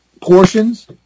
portions